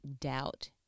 doubt